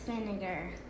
vinegar